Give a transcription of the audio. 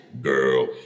Girl